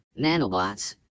nanobots